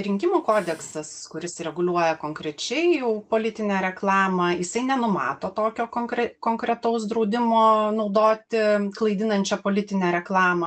rinkimų kodeksas kuris reguliuoja konkrečiai jau politinę reklamą jisai nenumato tokio konkre konkretaus draudimo naudoti klaidinančią politinę reklamą